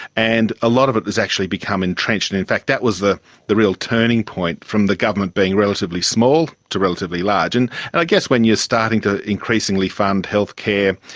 and a lot of it has actually becoming entrenched. and in fact that was the the real turning point from the government being relatively small to relatively large. and and i guess when you're starting to increasingly fund healthcare,